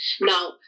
now